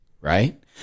right